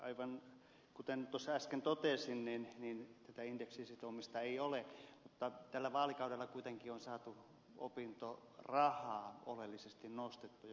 aivan kuten äsken totesin tätä indeksiin sitomista ei ole mutta tällä vaalikaudella kuitenkin on saatu opintorahaa oleellisesti nostettua